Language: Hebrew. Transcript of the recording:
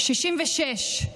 66,